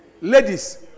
Ladies